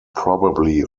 probably